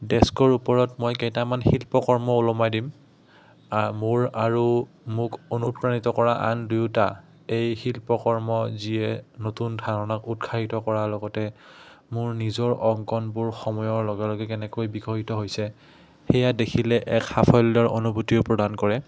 ডেস্কৰ ওপৰত মই কেইটামান শিল্পকৰ্ম ওলমাই দিম মোৰ আৰু মোক অনুপ্ৰাণিত কৰা আন দুয়োটা এই শিল্পকৰ্ম যিয়ে নতুন ধাৰণাক উৎসাহিত কৰাৰ লগতে মোৰ নিজৰ অংকনবোৰ সময়ৰ লগে লগে কেনেকৈ বিকশিত হৈছে সেয়া দেখিলে এক সাফল্যৰ অনুভূতিও প্ৰদান কৰে